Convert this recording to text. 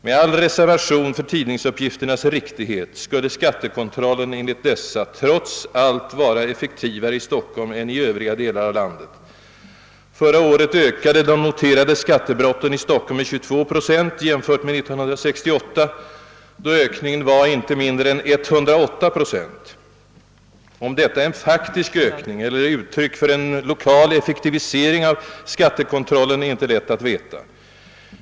Med all reservation för tidningsuppgifternas riktighet skulle skattekontrollen enligt dessa trots allt vara effektivare i Stockholm än i övriga delar av landet. Förra året ökade de noterade skattebrotten i Stockholm med 22 procent jämfört med 1968, då ökningen var inte mindre än 108 procent. Om detta är en faktisk ökning eller uttryck för en lokal effektivisering av skattekontrollen är inte lätt att veta.